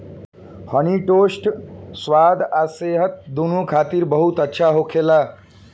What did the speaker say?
हनी toast स्वाद आ सेहत दूनो खातिर बहुत अच्छा होखेला